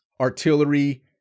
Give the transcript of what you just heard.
artillery